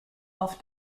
auf